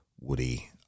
Woody